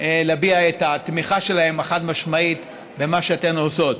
להביע את התמיכה החד-משמעית שלהם במה שאתן עושות.